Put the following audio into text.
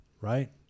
right